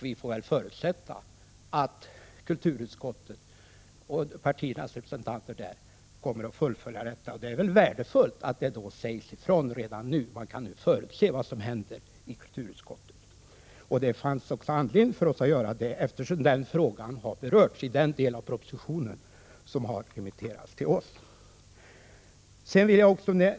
Vi får väl förutsätta att partiernas representanter i kulturutskottet kommer att fullfölja detta. Det är väl värdefullt att ett sådant uttalande görs redan nu och att man kan förutse vad som kommer att hända i kulturutskottet. Det fanns även anledning för oss att göra detta uttalande, eftersom den fråga det gäller har berörts i den del av propositionen som remitterats till oss.